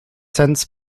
sends